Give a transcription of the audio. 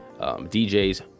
DJs